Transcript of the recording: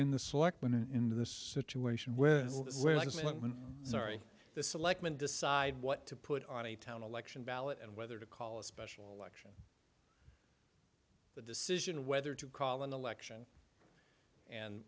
the selectmen and the situation where when sorry the selectmen decide what to put on a town election ballot and whether to call a special election the decision whether to call an election and